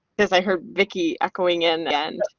as, i heard vicky echoing in and